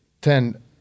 ten